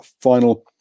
final